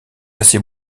assez